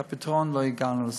לגבי הפתרון, לא הגענו לסיכום.